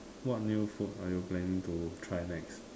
what new food are you planning to try next